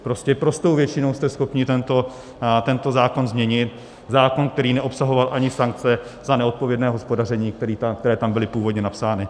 Prostě prostou většinou jste schopni tento zákon změnit, zákon, který neobsahoval ani sankce za neodpovědné hospodaření, které tam byly původně napsány.